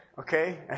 Okay